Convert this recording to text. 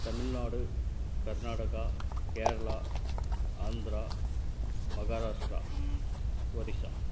Tamil Nadu Karnataka Kerala Andhra Maharashtra Orissa